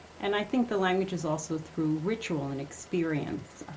and i think the language is also through ritual and experience.